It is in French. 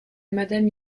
madame